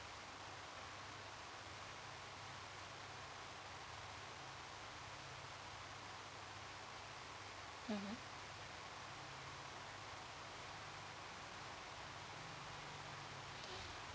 mmhmm